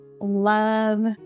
love